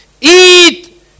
eat